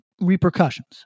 repercussions